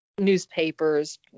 newspapers